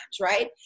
Right